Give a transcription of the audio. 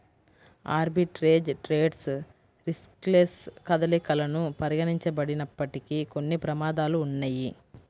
arbitrage trades riskless కదలికలను పరిగణించబడినప్పటికీ, కొన్ని ప్రమాదాలు ఉన్నయ్యి